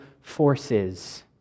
forces